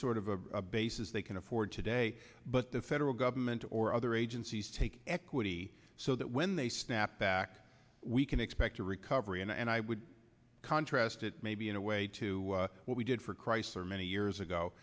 sort of a basis they can afford today but the federal government or other agencies take equity so that when they snap back we can expect a recovery and i would contrast it maybe in a way to what we did for chrysler many years ago